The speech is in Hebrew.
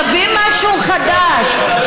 תביא משהו חדש,